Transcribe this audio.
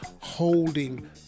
holding